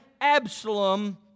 Absalom